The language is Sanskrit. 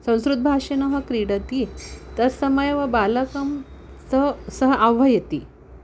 संस्कृतभाषिणः क्रीडति तत्समये एव बालकं सः सः आह्वयति